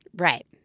Right